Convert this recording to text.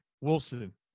Wilson